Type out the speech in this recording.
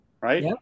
Right